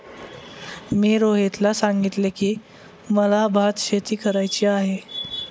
मी रोहितला सांगितले की, मला भातशेती करायची आहे